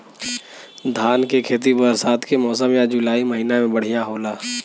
धान के खेती बरसात के मौसम या जुलाई महीना में बढ़ियां होला?